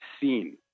seen